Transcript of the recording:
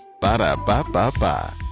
Ba-da-ba-ba-ba